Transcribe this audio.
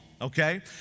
okay